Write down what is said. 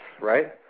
right